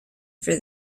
for